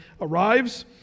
arrives